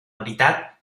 veritat